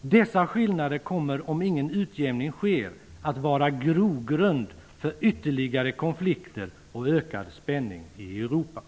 Dessa skillnader kommer, om ingen utjämning sker, att vara grogrund för ytterligare konflikter och ökad spänning i Europa.